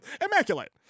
Immaculate